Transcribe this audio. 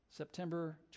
September